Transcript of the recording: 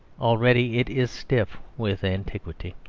already it is stiff with antiquity.